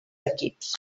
equips